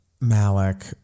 Malik